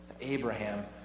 Abraham